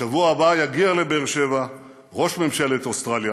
בשבוע הבא יגיע לבאר שבע ראש ממשלת אוסטרליה